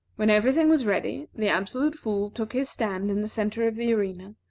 when every thing was ready, the absolute fool took his stand in the centre of the arena,